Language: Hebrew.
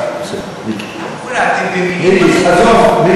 מיקי, תעזוב.